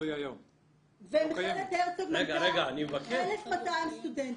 ומכללת הרצוג מנתה 1,200 סטודנטים.